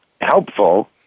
helpful